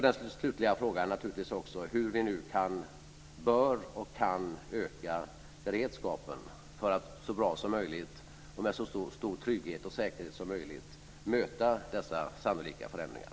Den slutliga frågan blir hur vi bör och kan öka beredskapen för att så bra som möjligt och med så stor trygghet och säkerhet som möjligt möta dessa sannolika förändringar.